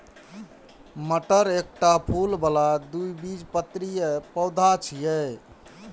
मटर एकटा फूल बला द्विबीजपत्री पौधा छियै